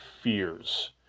fears